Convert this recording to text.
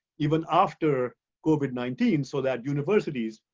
even after covid nineteen so that universities,